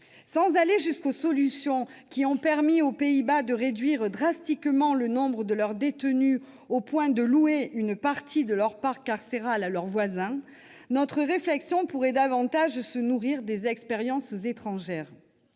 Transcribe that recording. Sans aller jusqu'aux solutions qui ont permis aux Pays-Bas de réduire drastiquement le nombre de leurs détenus, au point de louer une partie de leur parc carcéral à leurs voisins, notre réflexion pourrait se nourrir davantage des expériences étrangères.